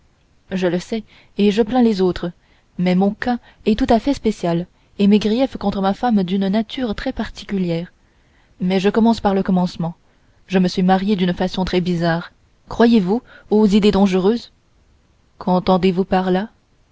je le sais et je plains les autres mais mon cas est tout à fait spécial et mes griefs contre ma femme d'une nature très particulière mais je commence par le commencement je me suis marié d'une façon très bizarre croyez-vous aux idées dangereuses qu'entendez-vous par là